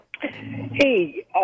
Hey